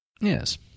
Yes